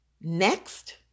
next